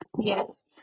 yes